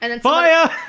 Fire